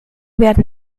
werden